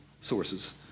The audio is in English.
sources